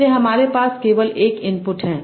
इसलिए हमारे पास केवल एक इनपुट है